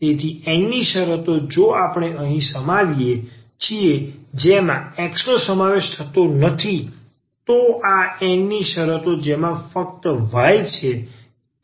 તેથી N ની શરતો જો આપણે અહીં સમાવીએ છીએ જેમાં x નો સમાવેશ થતો નથી તો આ N ની શરતો જેમાં ફક્ત y છે